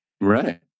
Right